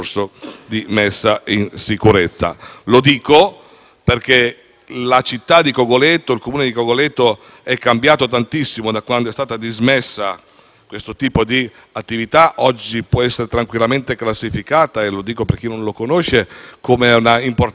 sicurezza. Lo dico perché il comune di Cogoleto è cambiato moltissimo da quando è stata dismesso questo tipo di attività. Oggi può essere tranquillamente classificato - lo dico per chi non lo conoscesse - come una importante realtà anche di carattere turistico della riviera ligure